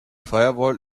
firewall